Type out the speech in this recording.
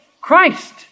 Christ